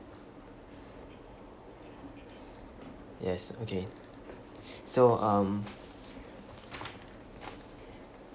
yes okay so um